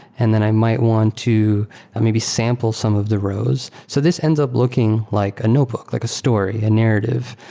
and then i might want to maybe sample some of the rows. so this ends up looking like a notebook, like a story, a narrative,